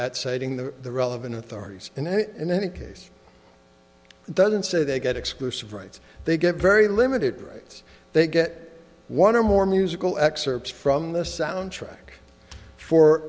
citing the relevant authorities in and in any case doesn't say they get exclusive rights they get very limited rights they get one or more musical excerpts from the soundtrack for